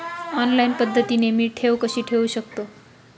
Online पद्धतीने मी ठेव कशी ठेवू शकतो?